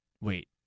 Wait